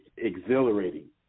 exhilarating